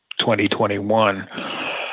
2021